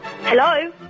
Hello